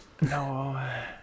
no